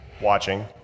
Watching